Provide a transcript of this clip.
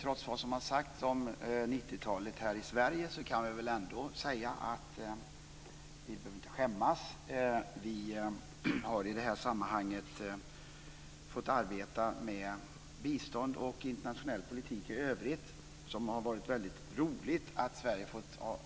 Trots vad som har sagts om 90-talet här i Sverige kan vi väl ändå säga att vi inte behöver skämmas. Vi har i det här sammanhanget fått arbeta med bistånd och internationell politik i övrigt, och det har varit väldigt roligt att Sverige har fått